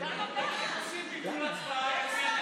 איך עושים ביטול הצבעה?